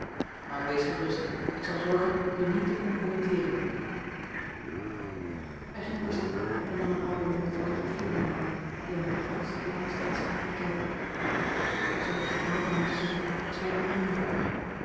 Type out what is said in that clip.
maar wees gerust ik zal zorgen u niet te compromitteeren hij ging weer zitten en nam een albam met photographieën in handen die hij met de grootste belangstelling scheen te bekijken z tegenover hem te zitten was mij